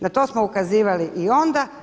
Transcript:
Na to smo ukazivali i onda.